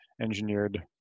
engineered